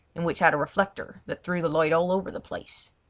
and which had a reflector that threw the light all over the place.